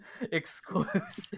exclusive